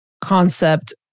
concept